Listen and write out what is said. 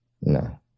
no